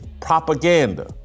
propaganda